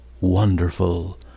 wonderful